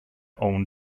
own